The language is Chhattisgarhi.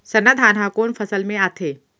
सरना धान ह कोन फसल में आथे?